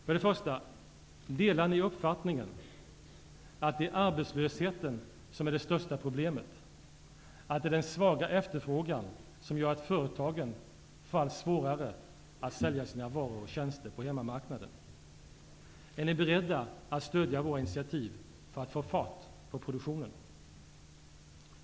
För det första: Delar ni uppfattningen att det är arbetslösheten som är det största problemet och att det är den svaga efterfrågan som gör att företagen får allt svårare att sälja sina varor och tjänster på hemmamarknaden? Är ni beredda att stödja våra initiativ för att få fart på produktionen?